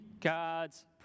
God's